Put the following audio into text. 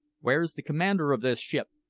where's the commander of this ship?